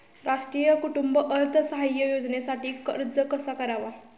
राष्ट्रीय कुटुंब अर्थसहाय्य योजनेसाठी अर्ज कसा करावा?